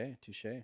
touche